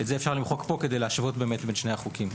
את זה אפשר למחוק כדי להשוות בין החוקים.